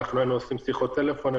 היינו עושים שיחות טלפון,